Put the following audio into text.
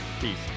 Peace